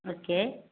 okay